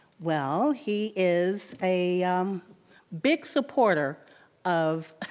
well he is a big supporter of,